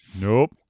Nope